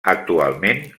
actualment